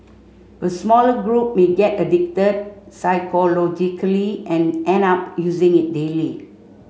a smaller group may get addicted psychologically and end up using it daily